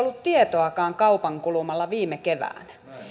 ollut tietoakaan kaupan kulmalla viime keväänä